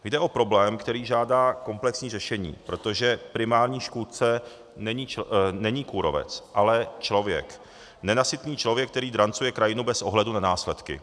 Jde o problém, který žádá komplexní řešení, protože primární škůdce není kůrovec, ale člověk, nenasytný člověk, který drancuje krajinu bez ohledu na následky.